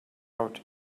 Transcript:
out